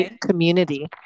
community